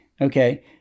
Okay